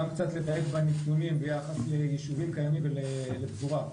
גם קצת לדייק בנתונים ביחס ליישובים קיימים ולפזורה.